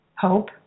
hope